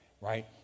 right